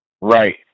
Right